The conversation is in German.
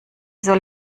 soll